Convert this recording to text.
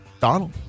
Donald